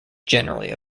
generally